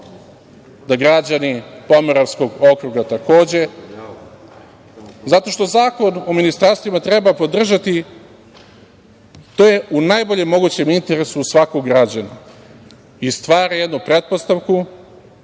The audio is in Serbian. da građani Pomoravskog okruga takođe, zato što Zakon o ministarstvima treba podržati, to je u najboljem mogućem interesu svakog građanina i stvara jednu pretpostavku